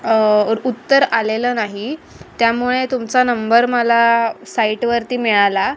उत्तर आलेलं नाही त्यामुळे तुमचा नंबर मला साईटवरती मिळाला